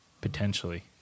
Potentially